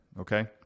Okay